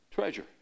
treasure